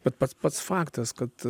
bet pats pats faktas kad